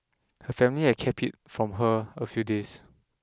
her family had kept it from her a few days